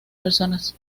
personas